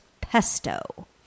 pesto